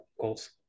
goals